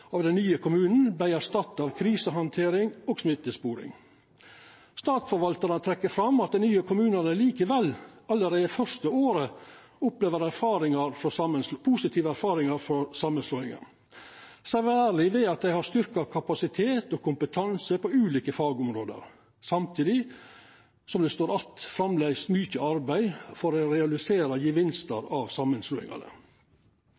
av dei nye kommunane vart erstatta av krisehandtering og smittesporing. Statsforvaltarane trekkjer fram at dei nye kommunane likevel allereie første året opplever positive erfaringar frå samanslåingane, særleg ved at dei har styrkt kapasitet og kompetanse på ulike fagområde – samtidig som det framleis står att mykje arbeid for å realisera gevinstar av samanslåingane. For Høgre er det viktig og